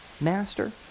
Master